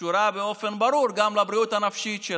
קשורה באופן ברור גם לבריאות הנפשית של